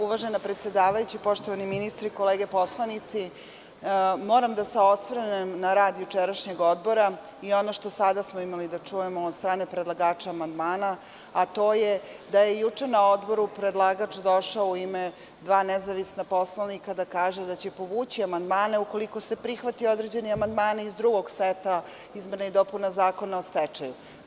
Uvažena predsedavajuća, poštovani ministre, kolege poslanici, moram da se osvrnem na rad jučerašnjeg odbora i ono što smo sada imali prilike da čujemo od strane predlagača amandmana, a to je da je juče na odboru predlagač došao u ime dva nezavisna poslanika da kaže da će povući amandmane, ukoliko se prihvate određeni amandmani iz drugog seta izmena i dopuna Zakona o stečaju.